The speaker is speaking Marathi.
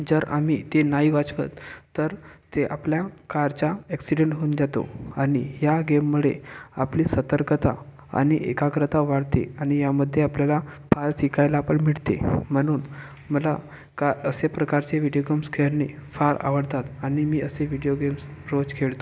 जर आम्ही ते नाही वाचवत तर ते आपल्या कारचा ॲक्सिडेंट होऊन जातो आणि ह्या गेममुळे आपली सतर्कता आणि एकाग्रता वाढते आणि यामध्ये आपल्याला फार शिकायला पण मिळते म्हणून मला का अशा प्रकारचे व्हिडिओ गेम्स खेळणे फार आवडतात आणि मी असे व्हिडिओ गेम्स रोज खेळतो